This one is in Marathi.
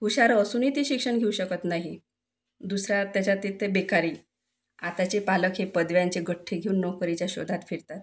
हुशार असूनही ती शिक्षण घेऊ शकत नाही दुसरा त्याच्या तिथे बेकारी आताचे पालक हे पदव्यांचे गठ्ठे घेऊन नोकरीच्या शोधात फिरतात